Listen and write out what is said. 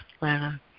Lana